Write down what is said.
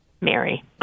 Mary